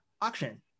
auction